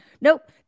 Nope